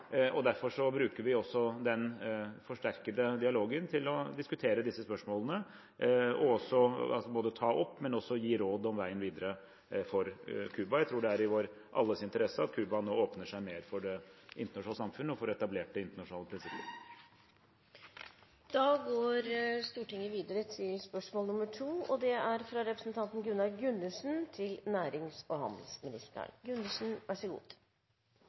og derfor bruker vi også den forsterkede dialogen til å diskutere disse spørsmålene og både ta opp og gi råd om veien videre for Cuba. Jeg tror det er i vår alles interesse at Cuba nå åpner seg mer for det internasjonale samfunn. Jeg vil gjerne få rette et spørsmål til nærings- og handelsministeren: «Takeda Nycomed legger ned i Elverum. Kostnadsnivået i Norge har økt fra ca. 20 til